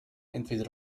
entweder